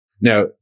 now